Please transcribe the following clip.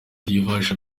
rizafasha